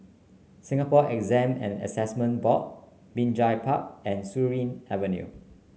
Singapore Exam and Assessment Board Binjai Park and Surin Avenue